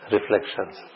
Reflections